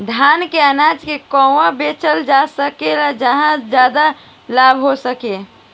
धान के अनाज के कहवा बेचल जा सकता जहाँ ज्यादा लाभ हो सके?